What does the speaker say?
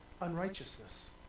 unrighteousness